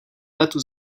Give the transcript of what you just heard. letu